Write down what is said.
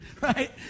right